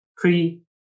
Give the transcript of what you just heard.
three